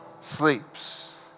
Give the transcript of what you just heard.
sleeps